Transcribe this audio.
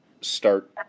start